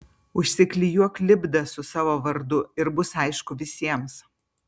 užsiklijuok lipdą su savo vardu ir bus aišku visiems